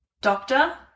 doctor